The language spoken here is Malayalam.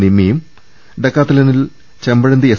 നിമ്മിയും ഡെക്കാത്ലണിൽ ചെമ്പഴന്തി എസ്